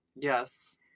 Yes